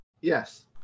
Yes